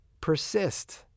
persist